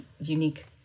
unique